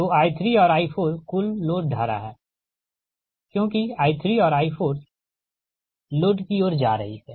तो I3 और I4 कुल लोड धारा है क्योंकि I3 और I4 लोड की ओर जा रही है